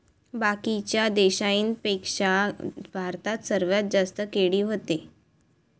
बाकीच्या देशाइंपेक्षा भारतात सर्वात जास्त केळी व्हते